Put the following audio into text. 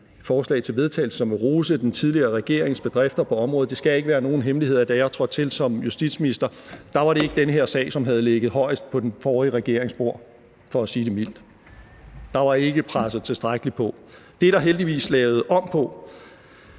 forslag til vedtagelse, som vil rose den tidligere regerings bedrifter på området – at da jeg trådte til som justitsminister, var det for at sige det mildt ikke den her sag, der havde ligget øverst på den forrige regerings bord. Der var ikke presset tilstrækkeligt på. Det er der heldigvis lavet om på.